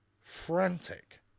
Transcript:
frantic